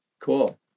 cool